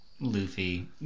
Luffy